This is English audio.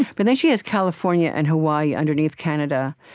but then she has california and hawaii underneath canada.